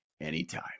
anytime